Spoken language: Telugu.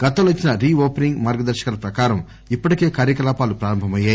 గతంలో ఇచ్చిన రీ ఓపెనింగ్ మార్గదర్పకాల ప్రకారం ఇప్పటికే కార్యకలాపాలు ప్రారంభమయ్యాయి